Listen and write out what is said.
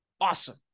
awesome